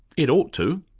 it ought to.